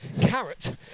carrot